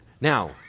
Now